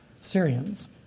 Syrians